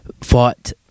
fought